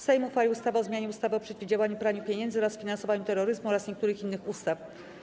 Sejm uchwalił ustawę o zmianie ustawy o przeciwdziałaniu praniu pieniędzy oraz finansowaniu terroryzmu oraz niektórych innych ustaw.